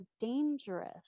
dangerous